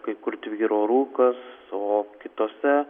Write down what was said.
kai kur tvyro rūkas o kitose